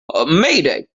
mayday